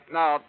now